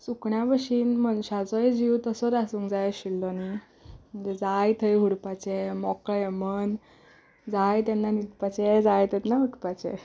सुकण्या भशेन मनशाचोय जीव तसोच आसूंक जाय आशिल्लो न्ही म्हणजे जाय थंय हुडपाचें मोकळें मन जाय तेन्ना न्हिदपाचें जाय तेन्ना उटपाचें